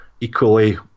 equally